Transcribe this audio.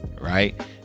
right